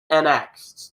annexed